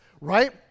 right